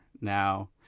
now